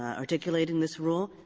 articulating this rule,